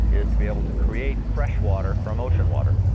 is to be able to create fresh water from ocean water.